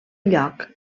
lloc